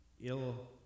ill